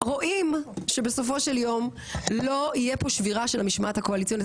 רואים שבסופו של יום לא יהיה פה שבירה של המשמעת הקואליציונית,